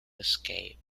escape